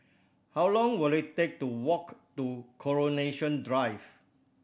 how long will it take to walk to Coronation Drive